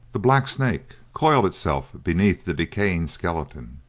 the black snake coiled itself beneath the decaying skeleton,